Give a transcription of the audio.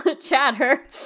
chatter